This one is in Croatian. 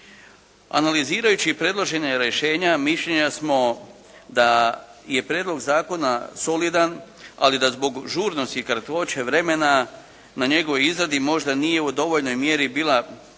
Analizirajući predložena rješenja, mišljenja smo da je prijedlog zakona solidan, ali da zbog žurnosti i kratkoće vremena na njegovoj izradi možda nije u dovoljnoj mjeri bila